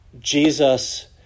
Jesus